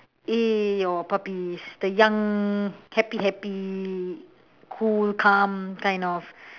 eh your puppies the young happy happy cool calm kind of